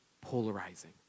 polarizing